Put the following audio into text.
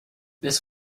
this